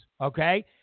Okay